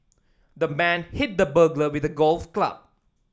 the man hit the burglar with a golf club